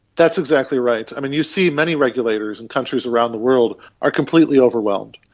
that's exactly right. you see many regulators in countries around the world are completely overwhelmed.